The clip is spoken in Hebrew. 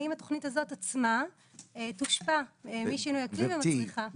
האם התוכנית הזאת עצמה תושפע משינוי האקלים ומצריכה --- גברתי,